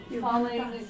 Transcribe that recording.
falling